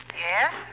Yes